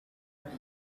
brain